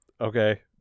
okay